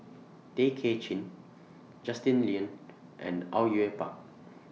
Tay Kay Chin Justin Lean and Au Yue Pak